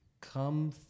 come